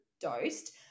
dosed